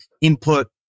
input